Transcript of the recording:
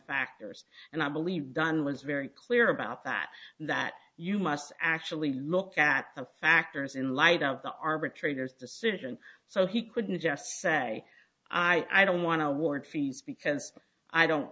factors and i believe don was very clear about that that you must actually look at the factors in light of the arbitrator's decision so he couldn't just say i don't want to award fees because i don't